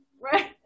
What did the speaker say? right